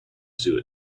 zoo